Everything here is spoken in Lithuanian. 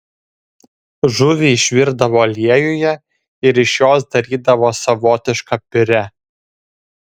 žuvį išvirdavo aliejuje ir iš jos darydavo savotišką piurė